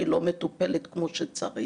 היא לא מטופלת כמו שצריך.